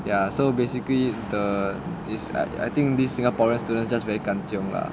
ya so basically the this I I think this singaporean students just very kanchiong lah